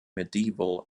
medieval